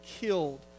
killed